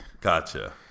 Gotcha